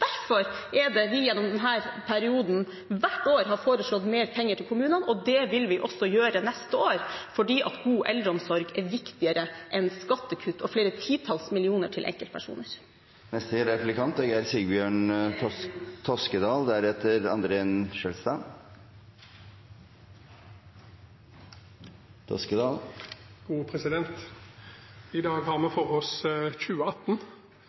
Derfor er det vi gjennom denne perioden hvert år har foreslått mer penger til kommunene. Det vil vi også gjøre neste år, fordi god eldreomsorg er viktigere enn skattekutt og flere titalls millioner til enkeltpersoner. I dag tar vi for oss kommuneøkonomien for 2018. Arbeiderpartiet kan komme i en viktig posisjon i så måte. Nå har vi